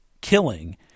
killing